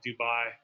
Dubai